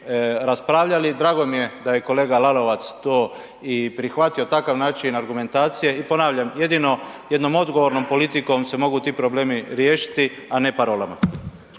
raspravljali, drago mi je da je kolega Lalovac to i prihvatio takav način argumentacije i ponavljam, jedino jednom odgovornom politikom se mogu ti problemi riješiti, a ne parolama.